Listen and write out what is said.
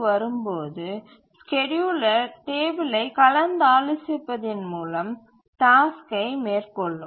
வரும்போது ஸ்கேட்யூலர் டேபிளை கலந்தாலோசிப்பதன் மூலம் டாஸ்க்கை மேற் கொள்ளும்